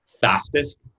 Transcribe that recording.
fastest